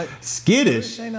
Skittish